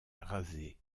rasé